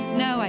no